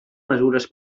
mesures